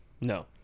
No